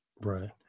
right